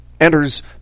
enters